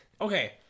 Okay